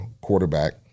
Quarterback